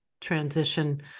transition